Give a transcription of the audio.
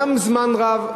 גם זמן רב,